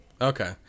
Okay